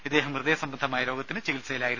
ഇദ്ദേഹം ഹൃദയ സംബന്ധമായ രോഗത്തിനും ആണ് ചികിത്സയിലായിരുന്നു